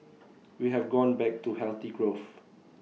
we have gone back to healthy growth